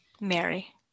Mary